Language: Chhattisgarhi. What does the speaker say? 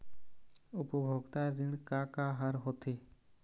उपभोक्ता ऋण का का हर होथे?